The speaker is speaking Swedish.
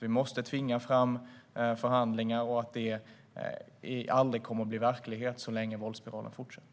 Vi måste tvinga fram förhandlingar och vet att det aldrig kommer att bli verklighet så länge våldsspiralen fortsätter.